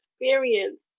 experience